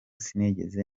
sinigeze